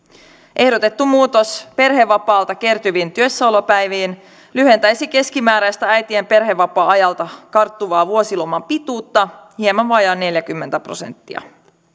ehdotettu muutos perhevapaalta kertyviin työssäolopäiviin lyhentäisi keskimääräistä äitien perhevapaa ajalta karttuvan vuosiloman pituutta hieman vajaat neljäkymmentä prosenttia